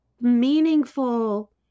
meaningful